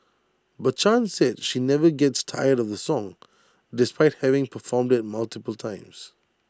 but chan said she never gets tired of the song despite having performed IT multiple times